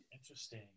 interesting